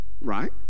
Right